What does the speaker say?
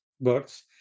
books